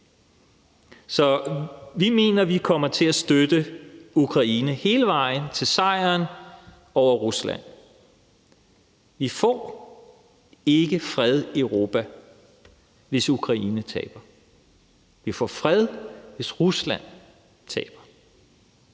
Så vi mener, at vi kommer til at støtte Ukraine hele vejen til sejren over Rusland. Vi får ikke fred i Europa, hvis Ukraine taber. Vi får fred, hvis Rusland taber.